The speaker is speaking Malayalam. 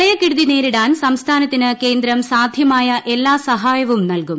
പ്രളയക്കെടുതി നേരിടാൻ സംസ്ഥാനത്തിന് കേന്ദ്രം സാധ്യമായ എല്ലാ സഹായവും നൽകും